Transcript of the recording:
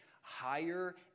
higher